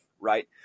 right